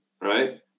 right